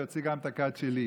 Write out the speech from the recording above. יוציא גם את הכד שלי.